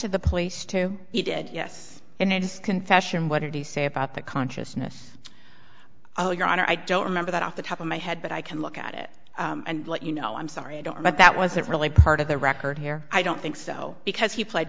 to the place to he did yes and i just confession what did he say about the consciousness oh your honor i don't remember that off the top of my head but i can look at it and let you know i'm sorry i don't but that wasn't really part of the record here i don't think so because he pled